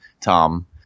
Tom